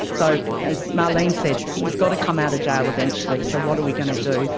so as marlene said, he's got to come out of jail eventually, so what are we going to do?